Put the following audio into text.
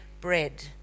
bread